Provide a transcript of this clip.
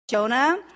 Jonah